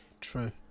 true